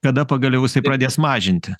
kada pagaliau jisai pradės mažinti